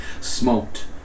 smoked